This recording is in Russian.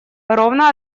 ровно